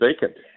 vacant